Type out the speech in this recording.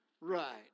right